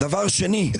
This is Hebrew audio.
דבר שני,